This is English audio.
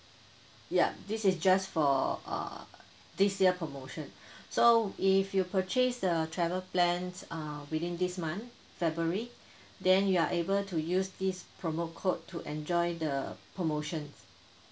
yup this is just for err this year promotion so if you purchase the travel plans uh within this month february then you are able to use this promo code to enjoy the promotions